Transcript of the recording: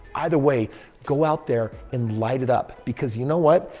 either way go out there and light it up. because you know what?